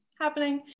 happening